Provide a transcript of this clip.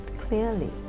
clearly